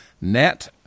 net